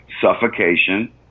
Suffocation